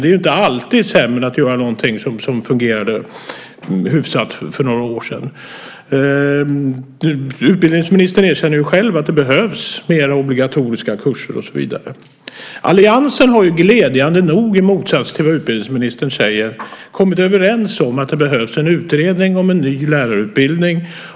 Det är inte alltid sämre att göra något som fungerade hyfsat för några år sedan. Utbildningsministern erkänner ju själv att det behövs fler obligatoriska kurser. Alliansen har glädjande nog, i motsats till vad utbildningsministern säger, kommit överens om att det behövs en utredning om en ny lärarutbildning.